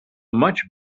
much